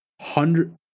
Hundred